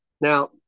Now